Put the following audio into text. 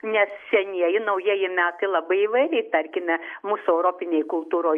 nes senieji naujieji metai labai įvairiai tarkime mūsų europinėj kultūroj